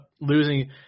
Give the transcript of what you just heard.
losing